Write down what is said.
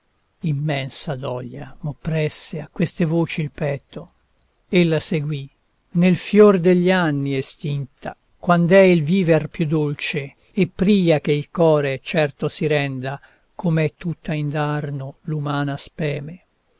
immensa doglia m'oppresse a queste voci il petto ella seguì nel fior degli anni estinta quand'è il viver più dolce e pria che il core certo si renda com'è tutta indarno l'umana speme